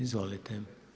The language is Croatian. Izvolite.